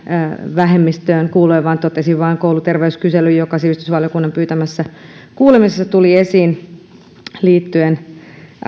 vähemmistöön liittyen vaan totesin vain kouluterveyskyselyn joka sivistysvaliokunnan pyytämässä kuulemisessa tuli esiin liittyen